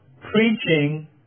preaching